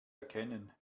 erkennen